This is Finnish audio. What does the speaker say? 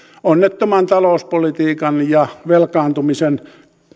onnettoman talouspolitiikan ja velkaantumisen